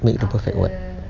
mean the perfect one